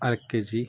അര K G